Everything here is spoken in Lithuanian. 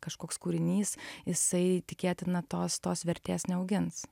kažkoks kūrinys jisai tikėtina tos tos vertės neaugins